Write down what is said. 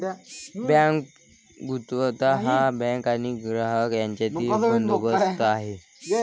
bank गुप्तता हा bank आणि ग्राहक यांच्यातील बंदोबस्त आहे